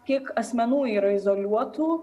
kiek asmenų yra izoliuotų